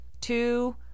two